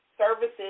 services